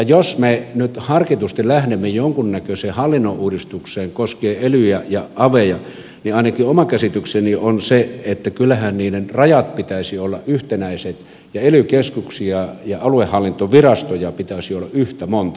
jos me nyt harkitusti lähdemme jonkunnäköiseen hallinnonuudistukseen koskien elyjä ja aveja niin ainakin oma käsitykseni on se että kyllähän niiden rajojen pitäisi olla yhtenäiset ja ely keskuksia ja aluehallintovirastoja pitäisi olla yhtä monta suomessa